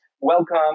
welcome